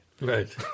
Right